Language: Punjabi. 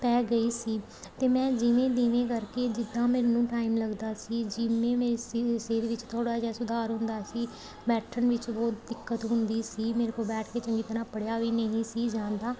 ਪੈ ਗਈ ਸੀ ਅਤੇ ਮੈਂ ਜਿਵੇਂ ਤਿਵੇਂ ਕਰ ਕੇ ਜਿੱਦਾਂ ਮੈਨੂੰ ਟਾਈਮ ਲੱਗਦਾ ਸੀ ਜਿਵੇਂ ਮੇਰੀ ਸਿ ਸਿਹਤ ਵਿੱਚ ਥੋੜ੍ਹਾ ਜਿਹਾ ਸੁਧਾਰ ਹੁੰਦਾ ਸੀ ਬੈਠਣ ਵਿੱਚ ਬਹੁਤ ਦਿੱਕਤ ਹੁੰਦੀ ਸੀ ਮੇਰੇ ਕੋਲ ਬੈਠ ਕੇ ਚੰਗੀ ਤਰ੍ਹਾਂ ਪੜ੍ਹਿਆ ਵੀ ਨਹੀਂ ਸੀ ਜਾਂਦਾ